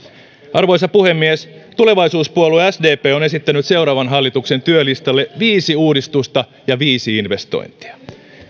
arvoisa puhemies tulevaisuuspuolue sdp on esittänyt seuraavan hallituksen työlistalle viisi uudistusta ja viisi investointia